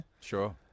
Sure